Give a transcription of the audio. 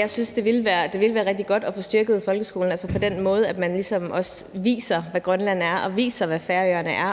jeg synes, det ville være rigtig godt at få styrket folkeskolen, altså på den måde, at man ligesom også viser børnene, hvad Grønland er, og viser, hvad Færøerne er.